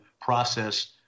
process